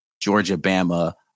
Georgia-Bama